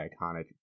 iconic